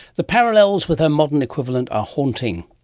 the parallels with her modern equivalent are haunting.